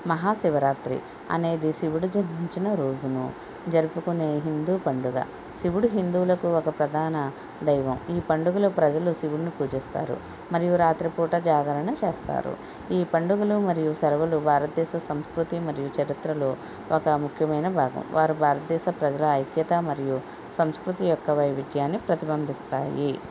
మహాశివరాత్రి అనేది శివుడు జన్మించిన రోజును జరుపుకునేది హిందూ పండుగ శివుడు హిందువులకు ఒక ప్రధాన దైవం ఈ పండుగలో ప్రజలు శివుని పూజిస్తారు మరియు రాత్రిపూట జాగరణ చేస్తారు ఈ పండుగలు మరియు సెలవులు భారత్దేశ సంస్కృతి మరియు చరిత్రలో ఒక ముఖ్యమైన భాగం వారు భారత్దేశ ప్రజల ఐక్యత మరియు సంస్కృతి యొక్క వైవిధ్యాన్ని ప్రతిబంబిస్తాయి